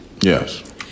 Yes